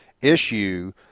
issue